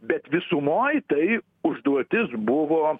bet visumoj tai užduotis buvo